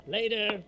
Later